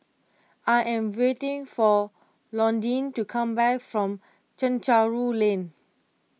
I am waiting for Londyn to come back from Chencharu Lane